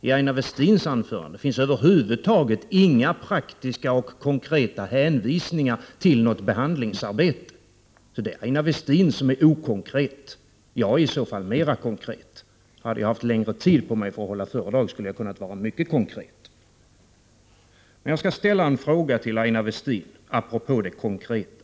I Aina Westins anförande fanns över huvud taget inga praktiska och konkreta hänvisningar till något behandlingsarbete. Det är Aina Westin som är okonkret, och jag är i så fall mera konkret. Hade jag haft längre tid på mig för att hålla föredrag, skulle jag ha kunnat vara mycket konkret. Men jag skall ställa en fråga till Aina Westin apropå det konkreta.